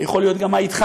ויכול להיות גם מה אתך,